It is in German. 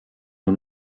nur